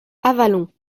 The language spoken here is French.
avallon